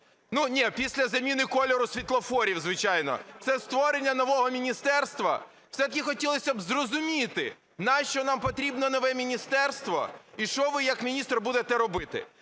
ну, ні, після заміни кольору світлофорів, звичайно – це створення нового міністерства. Все-таки хотілося б зрозуміти, нащо нам потрібно нове міністерство і що ви як міністр будете робити.